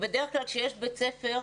בדרך כלל כשיש בית ספר,